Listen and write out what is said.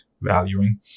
valuing